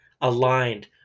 aligned